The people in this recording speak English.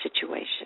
situation